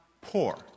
poor